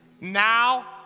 now